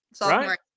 right